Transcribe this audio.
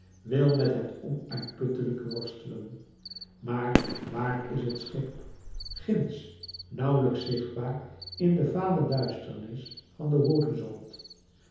wil met het onuitputtelijke worstelen maar waar is het schip ginds nauwlijks zichtbaar in de vale duisternis van den horizont